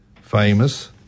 famous